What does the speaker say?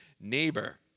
neighbor